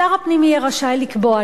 שר הפנים יהיה רשאי לקבוע,